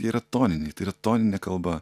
jie yra toniniai tai yra toninė kalba